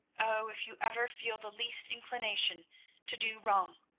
oh, if you ever feel the least inclination to do wrong,